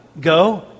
Go